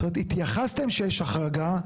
זאת אומרת, התייחסתם שיש החרגה,